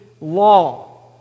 law